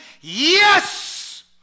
yes